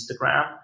Instagram